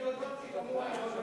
צריך להודות שגם הוא היה מבריק.